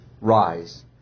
Rise